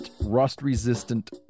rust-resistant